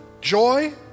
Joy